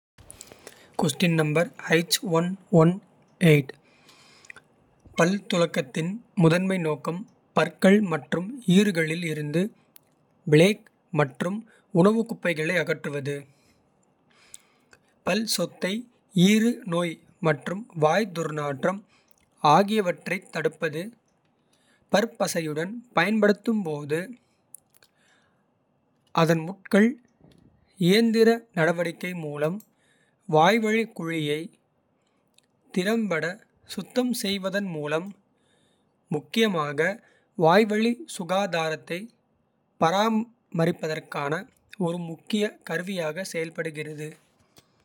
பல் துலக்கத்தின் முதன்மை நோக்கம் பற்கள் மற்றும். ஈறுகளில் இருந்து பிளேக் மற்றும் உணவு குப்பைகளை. அகற்றுவது பல் சொத்தை ஈறு நோய் மற்றும் வாய். துர்நாற்றம் ஆகியவற்றைத் தடுப்பது பற்பசையுடன். பயன்படுத்தும் போது அதன் முட்கள் இயந்திர. நடவடிக்கை மூலம் வாய்வழி குழியை திறம்பட. சுத்தம் செய்வதன் மூலம் முக்கியமாக வாய்வழி. சுகாதாரத்தை பராமரிப்பதற்கான ஒரு முக்கிய. கருவியாக செயல்படுகிறது.